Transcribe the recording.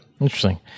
Interesting